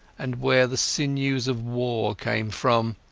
and where the sinews of war came from.